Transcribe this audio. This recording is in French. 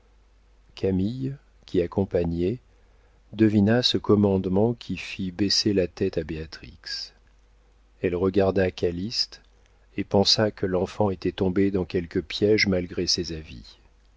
camille qui accompagnait devina ce commandement qui fit baisser la tête à béatrix elle regarda calyste et pensa que l'enfant était tombé dans quelque piége malgré ses avis